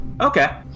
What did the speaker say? Okay